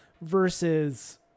versus